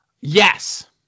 Yes